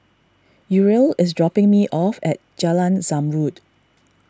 Uriel is dropping me off at Jalan Zamrud